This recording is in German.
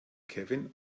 kevin